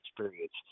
experience